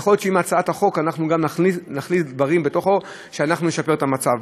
יכול להיות שעם הצעת החוק אנחנו גם נכניס דברים לתוכה שישפרו את המצב.